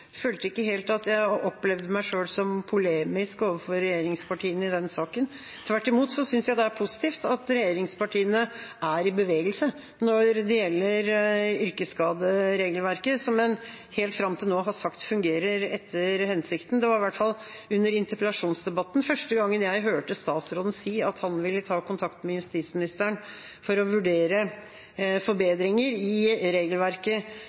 meg sjøl som polemisk overfor regjeringspartiene i denne saken. Tvert imot synes jeg det er positivt at regjeringspartiene er i bevegelse når det gjelder yrkesskaderegelverket, som en helt fram til nå har sagt fungerer etter hensikten. Det var i hvert fall under interpellasjonsdebatten jeg første gang hørte statsråden si at han ville ta kontakt med justisministeren for å vurdere forbedringer i regelverket